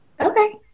Okay